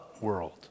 world